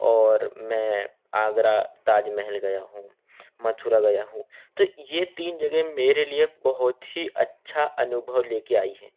और मैं आगरा ताजमहल गया हूँ मथुरा गया हूँ तो ये तीन जगह मेरे लिए बहुत ही अच्छा अनुभव ले कर आई हैं